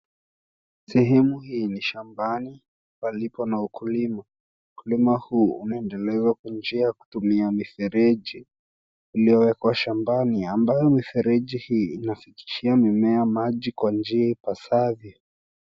Sehemu hii ni shambani palipo na ukulima. Ukulima huu unaendelezwa kwa njia ya kutumia mifereji iliyowekwa shambani ambayo mifereji hii inafikishia mimea maji kwa njia ipasavyo.